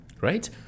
Right